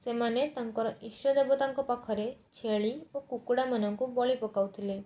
ସେମାନେ ତାଙ୍କର ଇଷ୍ଟ ଦେବତାଙ୍କ ପାଖରେ ଛେଳି ଓ କୁକୁଡ଼ାମାନଙ୍କୁ ବଳି ପକାଉ ଥିଲେ